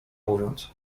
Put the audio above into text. mówiąc